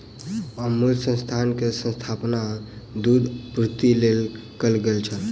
अमूल संस्थान के स्थापना दूध पूर्ति के लेल कयल गेल छल